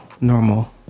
normal